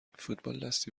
فوتبالدستی